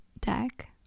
deck